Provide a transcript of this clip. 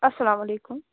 اَسلام علیکُم